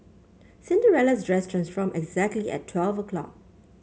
Cinderella's dress transformed exactly at twelve o'clock